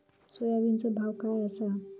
सोयाबीनचो भाव काय आसा?